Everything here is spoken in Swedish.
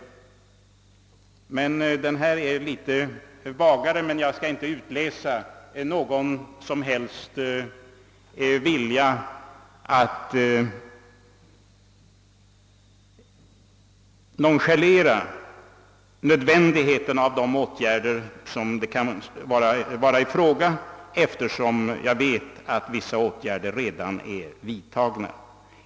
Formuleringen i svaret är litet vagare, men jag skall inte utläsa någon som helst vilja att nonchalera nödvändigheten av dessa åtgärder, eftersom jag vet att vissa åtgärder redan är vidtagna.